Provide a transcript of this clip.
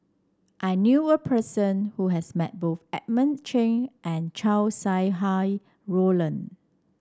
I knew a person who has met both Edmund Cheng and Chow Sau Hai Roland